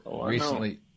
recently